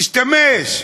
תשתמש.